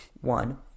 one